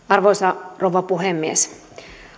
arvoisa rouva puhemies